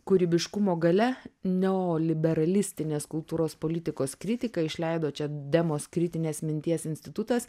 kūrybiškumo galia neoliberalistinės kultūros politikos kritika išleido čia demos kritinės minties institutas